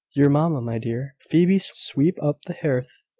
your mamma, my dear? phoebe, sweep up the hearth.